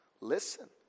Listen